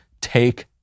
Take